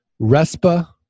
RESPA